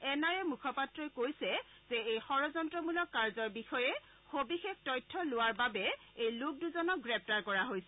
N I A ৰ মুখপাত্ৰই কৈছে যে এই ষড়যন্ত্ৰমূলক কাৰ্যৰ বিষয়ে সবিশেষ তথ্য লোৱাৰ বাবে এই লোক দুজনক গ্ৰেপ্তাৰ কৰা হৈছে